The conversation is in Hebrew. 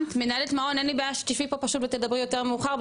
מנהלת מעון אין לי בעיה שתשבי פה ותדברי יותר מאוחר.